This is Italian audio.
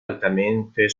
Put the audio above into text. altamente